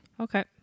Okay